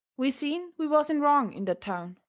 we seen we was in wrong in that town.